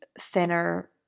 thinner